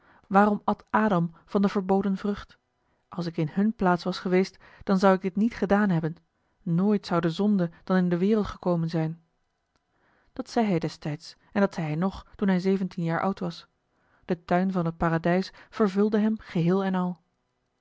waarom at adam van de verboden vrucht als ik in hun plaats was geweest dan zou ik dit niet gedaan hebben nooit zou de zonde dan in de wereld gekomen zijn dat zei hij destijds en dat zei hij nog toen hij zeventien jaar oud was de tuin van het paradijs vervulde hem geheel en al